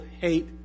hate